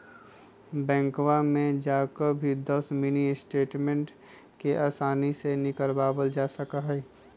बैंकवा में जाकर भी दस मिनी स्टेटमेंट के आसानी से निकलवावल जा सका हई